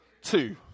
two